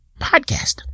Podcast